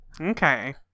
Okay